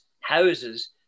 houses